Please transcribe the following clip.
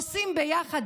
עושים ביחד,